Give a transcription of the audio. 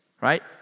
right